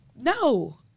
No